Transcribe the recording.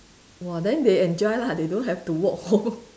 !wah! then they enjoy lah they don't have to walk home